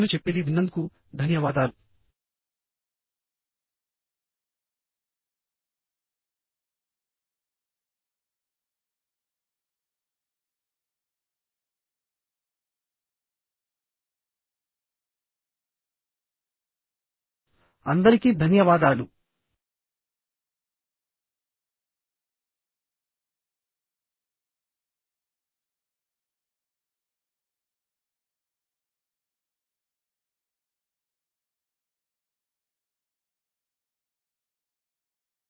నేను చెప్పేది విన్నందుకు ధన్యవాదాలు